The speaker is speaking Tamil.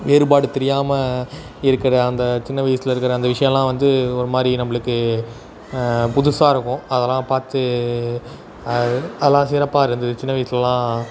வேறுபாடு தெரியாமல் இருக்கிற அந்த சின்ன வயசில் இருக்கிற அந்த விஷயமெலாம் வந்து ஒரு மாதிரி நம்மளுக்கு புதுசாக இருக்கும் அதெல்லாம் பார்த்து அது அதெல்லாம் சிறப்பாக இருந்தது சின்ன வயசுலெலாம்